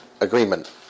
agreement